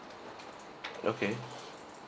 okay